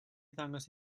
ddangos